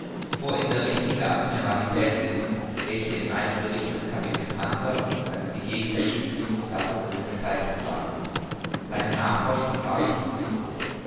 fuhr in der richtung der admiralitätsinseln welche in einem bericht des kapitän hunter als die gegend des schiffbruches la prouse bezeichnet waren seine nachforschungen waren fruchtlos